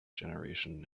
generation